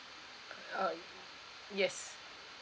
uh yes